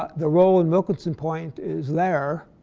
ah the roll and wilkinson point is there.